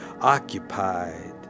occupied